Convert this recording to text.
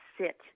sit